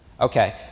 Okay